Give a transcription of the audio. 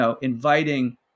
inviting